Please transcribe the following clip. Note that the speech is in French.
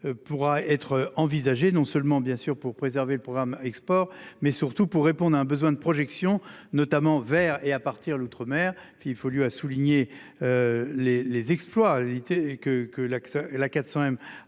pourra être envisagée non seulement bien sûr pour préserver le programme export mais surtout pour répondre à un besoin de projection notamment vers et à partir l'outre-mer Philippe il faut lui a souligné. Les les exploits. Que que